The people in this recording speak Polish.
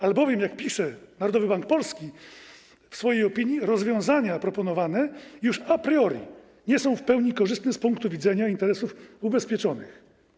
Albowiem jak pisze Narodowy Bank Polski w swojej opinii: rozwiązania proponowane już a priori nie są w pełni korzystne z punktu widzenia interesów ubezpieczonych.